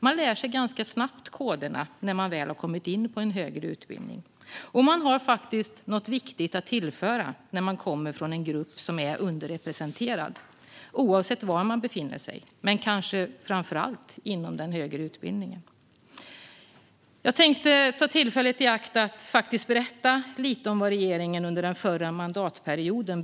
Man lär sig snabbt koderna när man väl har kommit in på en högre utbildning, och man har faktiskt något viktigt att tillföra när man kommer från en underrepresenterad grupp, oavsett var man befinner sig men kanske framför allt inom den högre utbildningen. Jag tänkte ta tillfället i akt att berätta lite om vad regeringen beslutade om under den förra mandatperioden.